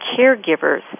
caregivers